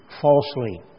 falsely